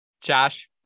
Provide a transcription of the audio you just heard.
Josh